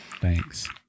Thanks